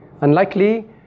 unlikely